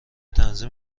تنظیم